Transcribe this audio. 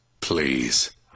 Please